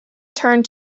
turned